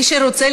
מי שרוצה